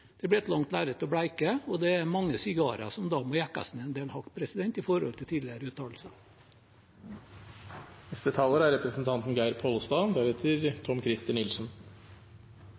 Det blir et langt lerret å bleke, og det er mange sigarer som da må jekkes ned en del hakk, med tanke på tidligere uttalelser. I det første innlegget mitt tok eg til